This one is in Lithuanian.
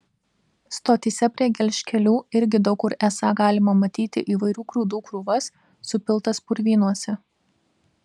stotyse prie gelžkelių irgi daug kur esą galima matyti įvairių grūdų krūvas supiltas purvynuose